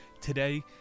today